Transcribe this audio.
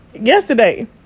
yesterday